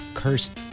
cursed